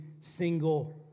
single